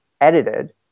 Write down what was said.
edited